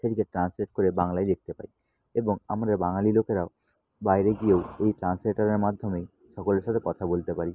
সেটিকে ট্রান্সলেট করে বাংলায় দেখতে পাই এবং আমদের বাঙালি লোকেরাও বাইরে গিয়েও এই ট্রান্সলেটারের মাধ্যমেই সকলের সাথে কথা বলতে পারি